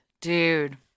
Dude